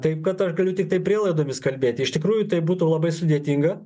taip kad aš galiu tiktai prielaidomis kalbėt iš tikrųjų tai būtų labai sudėtinga